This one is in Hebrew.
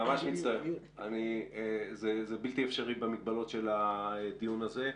זה בלתי אפשרי במגבלות של הדיון הזה.